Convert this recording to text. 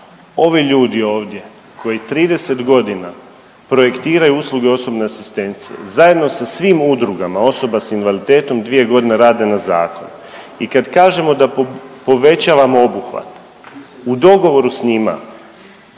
ovi ljudi ovdje koji 30 godina projektiraju usluge osobne asistencije, zajedno sa svim udrugama osoba s invaliditetom 2 godine rade na zakonu i kad kažemo da povećavamo obuhvat, u dogovoru s njima,